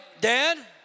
Dad